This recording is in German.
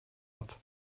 hat